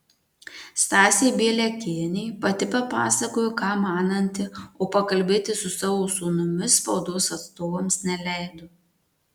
stasė bieliakienė pati papasakojo ką mananti o pakalbėti su savo sūnumi spaudos atstovams neleido